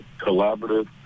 collaborative